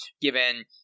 given